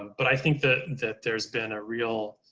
but i think that that there's been a real